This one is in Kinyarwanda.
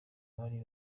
bari